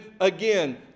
again